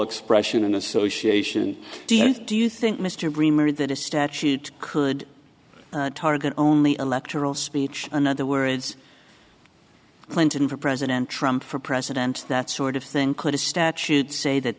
expression association do you do you think mr bremer that a statute could target only electoral speech in other words clinton for president trump for president that sort of thing could a statute say that